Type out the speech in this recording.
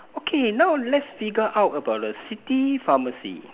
okay now let's figure out about the city pharmacy